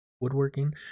woodworking